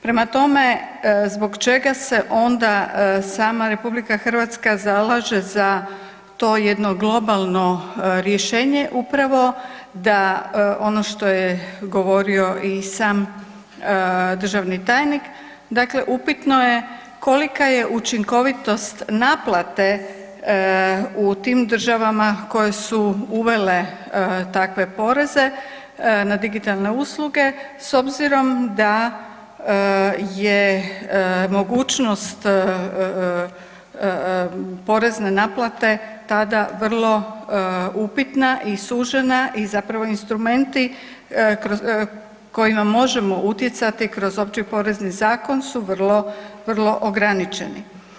Prema tome, zbog čega se onda sama RH zalaže za to jedno globalno rješenje, upravo da ono što je govorio i sam državni tajnik, dakle upitno je kolika je učinkovitost naplate u tim državama koje su vele takve poreze na digitalne usluge s obzirom da je mogućnost porezne naplate tada vrlo upitna i sužena i zapravo instrumenti kojima možemo utjecati kroz Opći porezni zakon su vrlo, vrlo ograničeni.